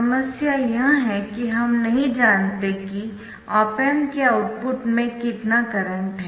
समस्या यह है कि हम नहीं जानते कि ऑप एम्प के आउटपुट में कितना करंट है